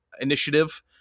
initiative